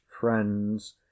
friends